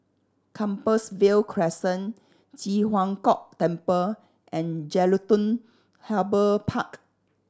Compassvale Crescent Ji Huang Kok Temple and Jelutung Harbour Park